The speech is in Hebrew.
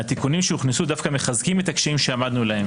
התיקונים שהוכנסו דווקא מחזקים את הקשיים שעמדנו עליהם,